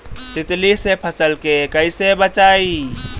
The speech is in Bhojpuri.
तितली से फसल के कइसे बचाई?